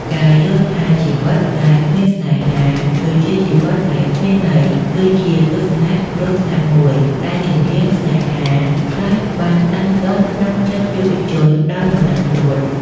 ការយល់ថាជីវិតដែលគ្មានស្នេហាគឺជាជីវិតដែលគ្មានន័យ គឺជាទស្សនៈគ្រោះថ្នាក់មួយដែលចម្រៀង ស្នេហា ខ្លះបានដាំដុះក្នុងចិត្តយុវជនដោយមិនដឹងខ្លួន។